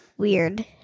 Weird